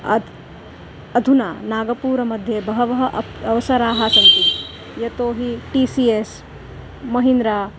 अद्य अधुना नागपुरमध्ये बहवः अपि अवसराः सन्ति यतोहि टि सि एस् महिन्द्रा